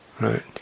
right